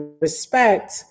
respect